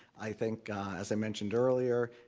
i think as i mentioned earlier,